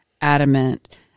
adamant